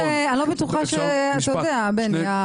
אתה יודע בני,